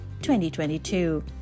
2022